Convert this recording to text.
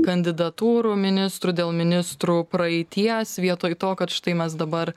kandidatūrų ministrų dėl ministrų praeities vietoj to kad štai mes dabar